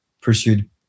pursued